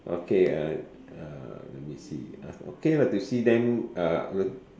okay uh uh let me see uh okay lah to see them uh